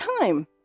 time